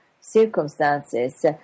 circumstances